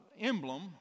emblem